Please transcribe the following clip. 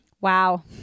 Wow